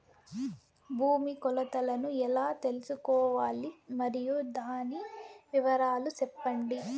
భూమి కొలతలను ఎలా తెల్సుకోవాలి? మరియు దాని వివరాలు సెప్పండి?